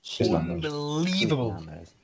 Unbelievable